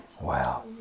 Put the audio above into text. Wow